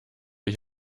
ich